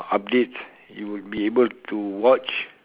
updates you will be able to watch